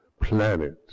planet